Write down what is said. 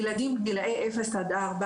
ילדים גילאי 0 עד 4,